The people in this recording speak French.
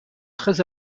très